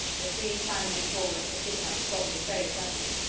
the three chinamen forward had given up squabbling very suddenly,